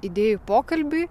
idėjų pokalbiui